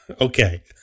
Okay